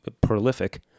prolific